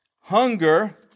hunger